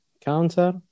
counter